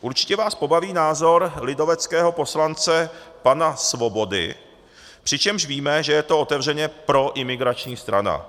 Určitě vás pobaví názor lidoveckého poslance pana Svobody, přičemž víme, že je to otevřeně proimigrační strana.